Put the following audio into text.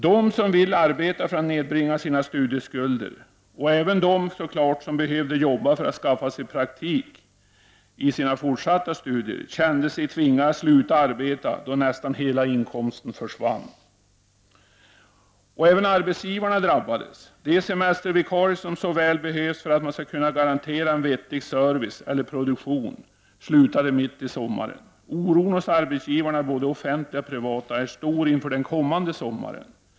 De som ville arbeta för att nedbringa sina studieskulder och även de som behövde jobba för att skaffa sig praktik för sina fortsatta studier kände sig tvingade att sluta arbeta, eftersom nästan hela inkomsten försvann. Även arbetsgivarna drabbades. De semestervikarier som så väl behövs för att man skall kunna garantera en vettig service eller produktion slutade mitt i sommaren. Oron hos arbetsgivarna, både offentliga och privata, är stor inför den kommande sommaren.